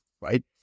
right